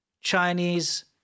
Chinese